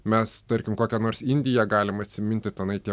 mes tarkim kokią nors indiją galim atsiminti tenai tie